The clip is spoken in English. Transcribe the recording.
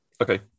Okay